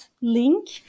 link